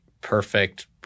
perfect